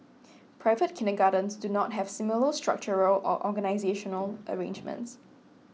private kindergartens do not have similar structural or organisational arrangements